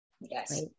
Yes